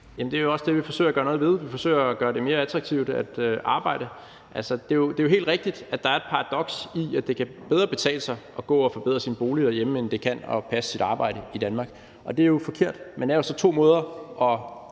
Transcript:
Det er også det, vi forsøger at gøre noget ved. Vi forsøger at gøre det mere attraktivt at arbejde. Det er helt rigtigt, at der er et paradoks i, at det bedre kan betale sig at gå og forbedre sin bolig herhjemme, end det kan at passe sit arbejde i Danmark, og det er jo forkert. Men der er så to måder at